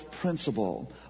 principle